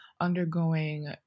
undergoing